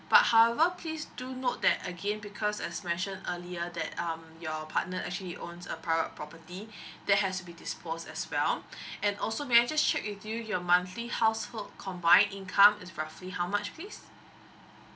but however please do note that again because I just mentioned earlier that um your partner actually owns a private property that has to be disposed as well and also may I just check with you your monthly household combined income is roughly how much please